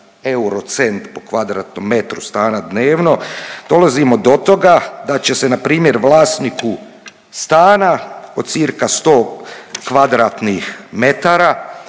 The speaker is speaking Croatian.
euro cent po kvadratnom metru stana dnevno, dolazimo do toga da će se npr. vlasniku stana od cirka 100 kvadratnih metara,